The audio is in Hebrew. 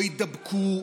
לא יידבקו,